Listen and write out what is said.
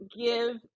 give